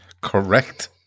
Correct